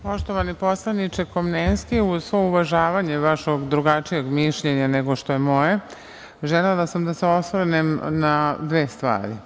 Poštovani poslaničke Komlenski, uz svo uvažavanje vašeg drugačijeg mišljenja nego što je moje, želela sam da se osvrnem na dve stvari.